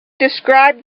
described